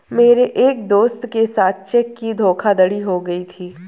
मेरे एक दोस्त के साथ चेक की धोखाधड़ी हो गयी थी